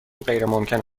غیرممکن